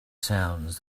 sounds